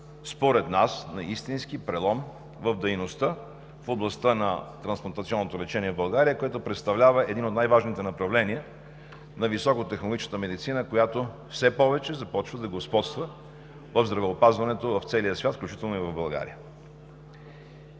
според нас на истински прелом в дейността в областта на трансплантационното лечение в България, който представлява едно от най-важните направления на високотехнологичната медицина, която все повече започва да господства в здравеопазването в целия свят, включително и в България.